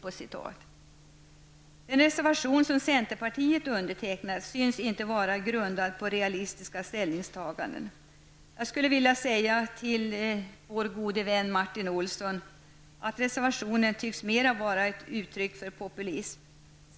Den reservation som centerpartiet undertecknat syns inte vara grundad på realistiska ställningstaganden. Jag skulle vilja säga till vår gode vän Martin Olsson, att reservationen tycks mera vara ett uttryck för populism.